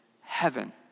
heaven